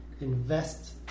invest